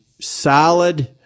Solid